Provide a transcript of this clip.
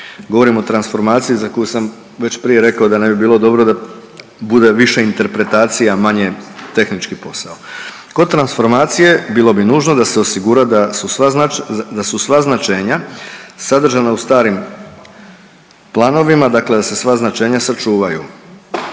Govorim o transformaciji za koju sam već prije rekao da ne bi bilo dobro da bude više interpretacija, a manje tehnički posao. Kod transformacije bilo bi nužno da se osigura da su sva značenja sadržana u starim planovima, dakle da se značenja sačuvaju.